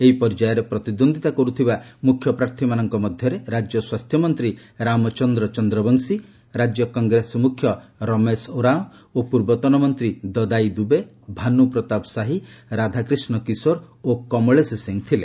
ଏହି ପର୍ଯ୍ୟାୟରେ ପ୍ରତିଦ୍ୱନ୍ଦ୍ୱିତା କରୁଥିବା ମୁଖ୍ୟ ପ୍ରାର୍ଥୀମାନଙ୍କ ମଧ୍ୟରେ ରାଜ୍ୟ ସ୍ୱାସ୍ଥ୍ୟମନ୍ତ୍ରୀ ରାମଚନ୍ଦ୍ର ଚନ୍ଦ୍ରବଂଶୀ ରାଜ୍ୟ କଂଗ୍ରେସ ମୁଖ୍ୟ ରମେଶ ଓରାଓଁ ଓ ପୂର୍ବତନ ମନ୍ତ୍ରୀ ଦଦାଇ ଦୁବେ ଭାନୁ ପ୍ରତାପ ସାହି ରାଧାକ୍ରିଷ୍ଣ କିଶୋର ଓ କମଳେଶ ସିଂ ଥିଲେ